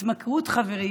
התמכרות, חברים,